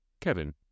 Kevin